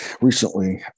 Recently